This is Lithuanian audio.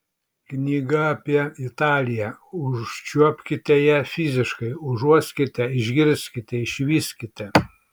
knyga apie italiją užčiuopkite ją fiziškai užuoskite išgirskite išvyskite